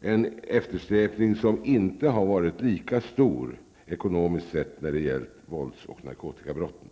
Den eftersläpningen har ekonomiskt sett inte varit lika stor när det gäller vålds och narkotikabrotten.